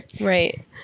Right